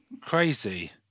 Crazy